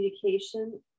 communication